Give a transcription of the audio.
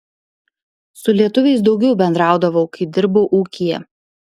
su lietuviais daugiau bendraudavau kai dirbau ūkyje